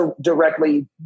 directly